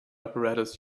apparatus